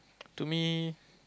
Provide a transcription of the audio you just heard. to me